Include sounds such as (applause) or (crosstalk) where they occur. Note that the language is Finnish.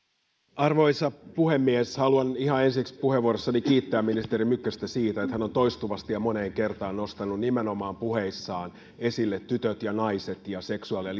arvoisa puhemies haluan ihan ensiksi puheenvuorossani kiittää ministeri mykkästä siitä että hän on toistuvasti ja moneen kertaan nostanut puheissaan esille nimenomaan tytöt ja naiset seksuaali ja (unintelligible)